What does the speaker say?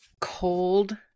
cold